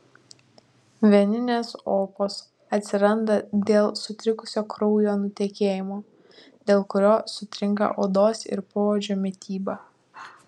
veninės opos atsiranda dėl sutrikusio kraujo nutekėjimo dėl kurio sutrinka odos ir poodžio mityba